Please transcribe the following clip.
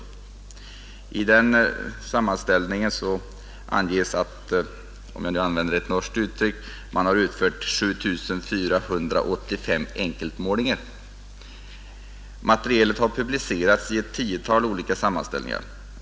I den sammanställningen anges det att man har utfört — om jag nu får använda ett norskt uttryck — 7 485 enkeltmålinger. Materialet har publicerats i ett tiotal olika sammanställningar.